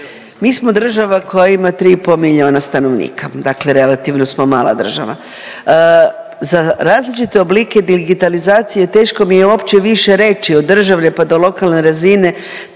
Mi smo država koja ima 3,5 milijuna stanovnika, dakle relativno smo mala država. Za različite oblike digitalizacije teško mi je uopće više reći o države, pa do lokalne razine